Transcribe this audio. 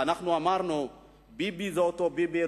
אנחנו אמרנו שביבי זה אותו ביבי,